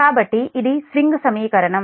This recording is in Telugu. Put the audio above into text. కాబట్టి ఇది స్వింగ్ సమీకరణం